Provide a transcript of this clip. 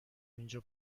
اینجا